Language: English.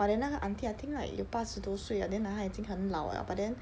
but then 那个 aunty I think like 有 like 八十多岁了 then like 她已经很老了 but then